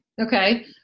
Okay